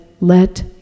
let